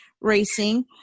racing